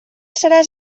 seràs